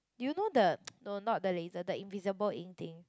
do you know the no not the later the invisible ink thing